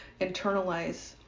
internalize